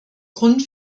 grund